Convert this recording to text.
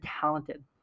talented